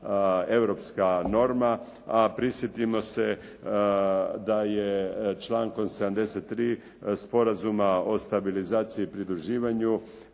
europska norma, a prisjetimo se da je člankom 73. Sporazuma o stabilizaciji i pridruživanju